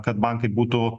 kad bankai būtų